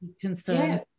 concerns